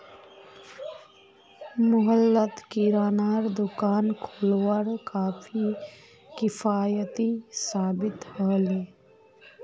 मोहल्लात किरानार दुकान खोलवार काफी किफ़ायती साबित ह ले